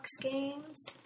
games